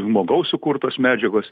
žmogaus sukurtos medžiagos